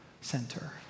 center